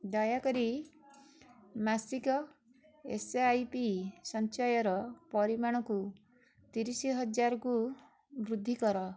ଦୟାକରି ମାସିକ S I P ସଞ୍ଚୟର ପରିମାଣକୁ ତିରିଶ ହଜାରକୁ ବୃଦ୍ଧି କର